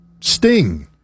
Sting